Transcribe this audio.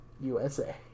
USA